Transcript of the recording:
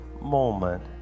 moment